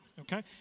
Okay